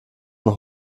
noch